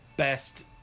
Best